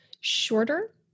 shorter